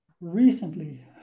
Recently